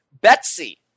Betsy